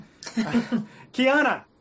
Kiana